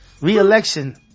re-election